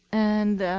and